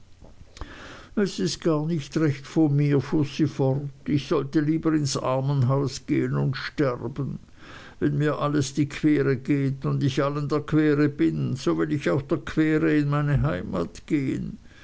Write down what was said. es ist gar nicht recht von mir fuhr sie fort ich sollte lieber ins armenhaus gehen und sterben wenn mich alles die quere geht und ich allen der quere bin so will ich auch der quere in meine heimat gehen